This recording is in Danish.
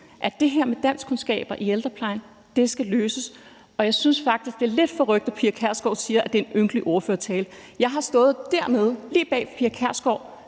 at det her med danskkundskaber i ældreplejen skal løses. Jeg synes faktisk, det er lidt forrykt, at fru Pia Kjærsgaard siger, at det er en ynkelig ordførertale. Jeg har stået dernede, lige bag ved fru Pia Kjærsgaard,